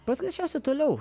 pats greičiausiai toliau